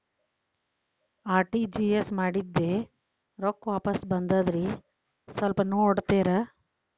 RTGS ಮಾಡಿದ್ದೆ ರೊಕ್ಕ ವಾಪಸ್ ಬಂದದ್ರಿ ಸ್ವಲ್ಪ ನೋಡ್ತೇರ?